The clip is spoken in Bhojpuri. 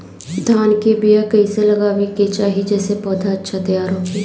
धान के बीया कइसे लगावे के चाही जेसे पौधा अच्छा तैयार होखे?